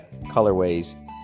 colorways